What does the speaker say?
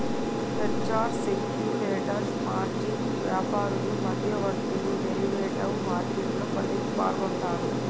hedgers, speculators, margin వ్యాపారులు, మధ్యవర్తులు derivative మార్కెట్లో పాల్గొంటరు